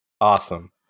Awesome